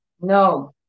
no